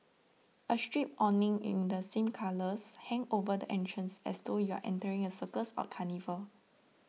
a striped awning in the same colours hang over the entrance as though you are entering a circus or carnival